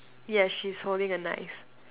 yes she's holding a knife